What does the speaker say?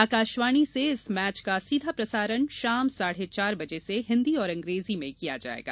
आकाशवाणी से इस मैच का सीधा प्रसारण शाम साढ़े चार बजे से हिन्दी और अंग्रेजी में किया जाएगा